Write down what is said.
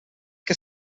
que